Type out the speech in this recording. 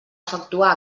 efectuar